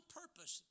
purpose